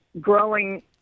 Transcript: growing